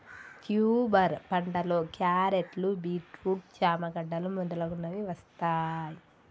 tuber పంటలో క్యారెట్లు, beetroot, చామ గడ్డలు మొదలగునవి వస్తాయ్